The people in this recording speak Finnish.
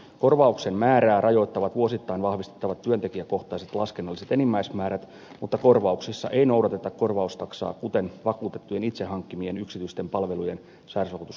korvauksen määrää rajoittavat vuosittain vahvistettavat työntekijäkohtaiset laskennalliset enimmäismäärät mutta korvauksissa ei noudateta korvaustaksaa kuten vakuutettujen itse hankkimien yksityisten palvelujen sairausvakuutuskorvauksissa